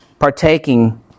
partaking